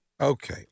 Okay